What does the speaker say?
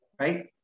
right